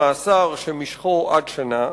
למאסר שמשכו עד שנה,